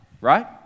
right